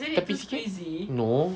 tepi sikit no